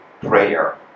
prayer